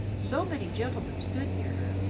so many gentlemen stood near her,